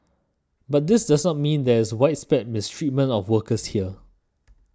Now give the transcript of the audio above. but this does not mean there is widespread mistreatment of workers here